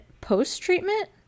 post-treatment